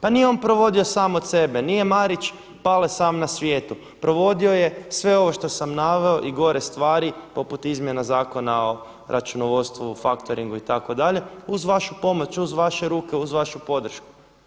Pa nije on provodio sam od sebe, nije Marić Pale sam na svijetu, provodio je sve ovo što sam naveo i gore stvari, poput izmjena Zakona o računovodstvu, faktoringu itd. uz vašu pomoć, uz vaše ruke, uz vašu podršku.